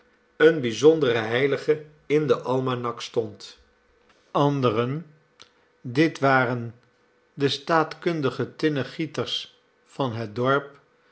een bijzondere heilige in den almanak stond anderen dit waren de staatkundige tinnegieters van het dorp